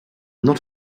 not